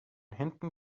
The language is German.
hinten